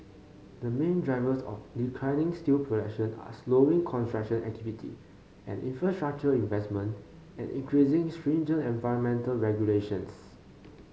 the main drivers of declining steel production are slowing construction activity and infrastructure investment and increasing stringent environmental regulations